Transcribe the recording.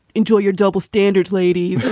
enjoy your double standards, lady.